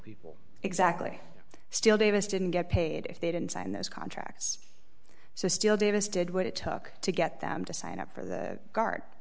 people exactly still davis didn't get paid if they didn't sign those contracts so still davis did what it took to get them to sign up for the gart